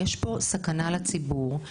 יש פה סכנה לציבור.